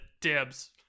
dibs